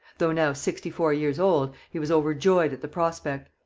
though now sixty-four years old, he was overjoyed at the prospect.